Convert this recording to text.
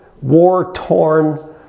war-torn